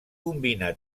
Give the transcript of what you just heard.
combina